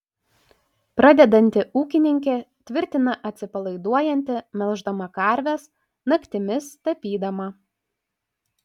pradedanti ūkininkė tvirtina atsipalaiduojanti melždama karves naktimis tapydama